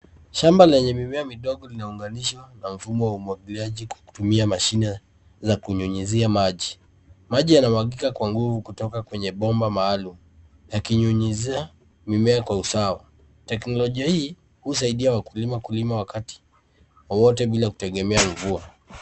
Shamba lenye mimea midogo limeunganishwa na mfumo wa umwagiliaji kwa kutumia mashine ya kunyunyizia maji, maji yanamwagika kwa nguvu kutoka kwenye bomba maalum, yakinyunyizia mimea kwa usawa. Teknolojia hii husaidia wakuima kulima wakati wowote bila kutegemea mvua.